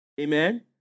amen